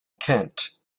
kent